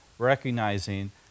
Recognizing